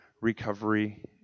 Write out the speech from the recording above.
recovery